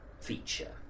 feature